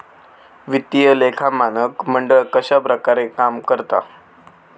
वित्तीय लेखा मानक मंडळ कश्या प्रकारे काम करता?